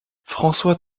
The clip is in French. françois